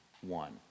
one